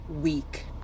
week